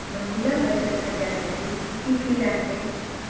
महिला बचत खात्यासाठी किती फी लागते?